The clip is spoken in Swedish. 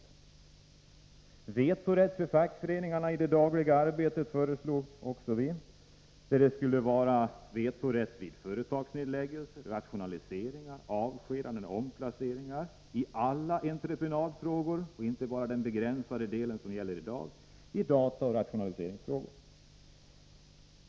Vi föreslog också vetorätt för fackföreningarna i det dagliga arbetet. Vetorätten skulle gälla vid företagsnedläggelse, rationaliseringar, avskedanden och omplaceringar, i alla entreprenadfrågor — inte bara den begränsade del som vetorätten i dag omfattar — samt i dataoch rationaliseringsfrågor.